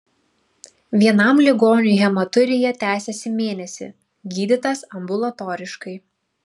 vienam ligoniui hematurija tęsėsi mėnesį gydytas ambulatoriškai